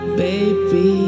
baby